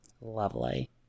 Lovely